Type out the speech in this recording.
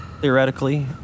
theoretically